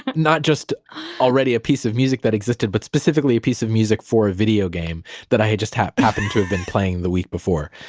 not just already a piece of music that existed, but specifically a piece of music for a video game that i had just happened to have been playing the week before.